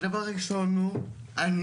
הדבר הראשון הוא אני